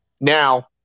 now